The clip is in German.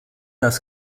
das